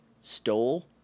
stole